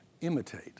Imitate